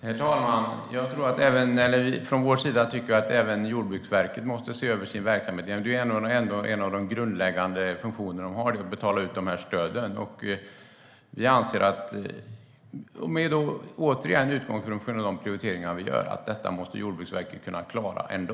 Herr talman! Från vår sida tycker vi att även Jordbruksverket måste se över sin verksamhet. Att betala ut de här stöden är ändå en av verkets grundläggande funktioner, och vi anser - återigen med utgångspunkt i de prioriteringar vi gör - att detta måste Jordbruksverket kunna klara ändå.